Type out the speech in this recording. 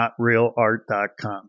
notrealart.com